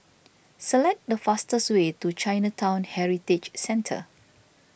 select the fastest way to Chinatown Heritage Centre